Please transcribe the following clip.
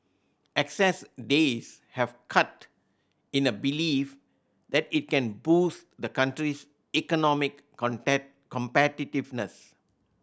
excess days have cut in a belief that it can boost the country's economic competitiveness